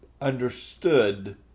understood